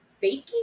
faking